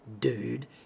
dude